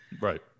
right